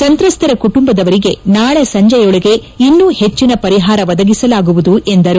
ಸಂತ್ರಸ್ತರ ಕುಟುಂಬದವರಿಗೆ ನಾಳೆ ಸಂಜೆಯೊಳಗೆ ಇನ್ನೂ ಹೆಚ್ಚಿನ ಪರಿಹಾರ ಒದಗಿಸಲಾಗುವುದು ಎಂದರು